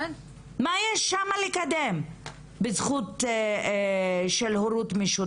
מה יש שם לקדם בזכות של הורות משותפת?